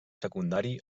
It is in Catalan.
secundari